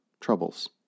troubles